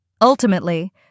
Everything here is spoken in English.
Ultimately